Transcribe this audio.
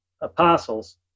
apostles